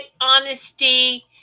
honesty